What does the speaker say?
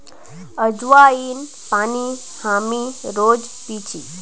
अज्वाइन पानी हामी रोज़ पी छी